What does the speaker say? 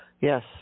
Yes